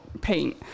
paint